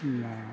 പിന്നേ